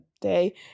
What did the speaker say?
day